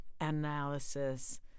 analysis